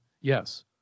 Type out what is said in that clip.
Yes